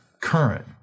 current